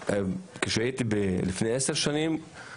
כשעבדתי לפני עשר שנים בתור ראש מועצה,